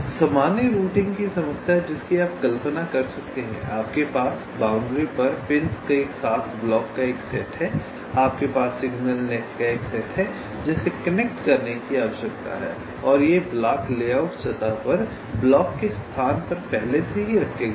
इसलिए सामान्य रूटिंग की समस्या जिसकी आप कल्पना कर सकते हैं आपके पास बाउंड्री पर पिंस के साथ ब्लॉक का एक सेट है आपके पास सिग्नल नेट का एक सेट है जिसे कनेक्ट करने की आवश्यकता है और ये ब्लॉक लेआउट सतह पर ब्लॉक के स्थान पर पहले से ही रखे गए हैं